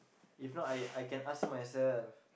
if not I I can ask her myself